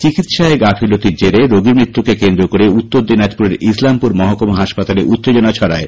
চিকিৎসায় গাফিলতির জেরে রোগী মৃত্যুকে কেন্দ্র করে উত্তর দিনাজপুরের ইসলামপুর মহকুমা হাসপাতালে উত্তেজনা ছড়ায়